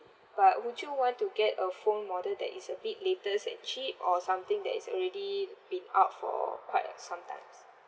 but would you want to get a phone model that is a bit latest and cheap or something that is already been out for quite some times